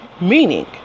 meaning